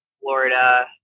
Florida